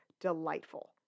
delightful